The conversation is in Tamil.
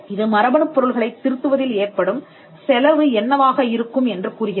இது மரபணுப் பொருள்களைத் திருத்துவதில் ஏற்படும் செலவு என்னவாக இருக்கும் என்று கூறுகிறது